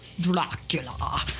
Dracula